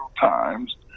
times